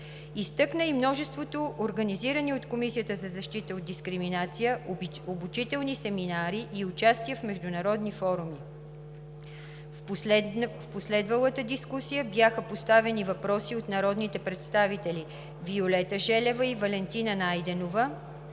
Изтъкна и множеството организирани от Комисията за защита от дискриминация обучителни семинари и участия в международни форуми. В последвалата дискусия бяха поставени въпроси от народните представители Виолета Желева и Валентина Найденова.